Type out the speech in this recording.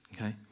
Okay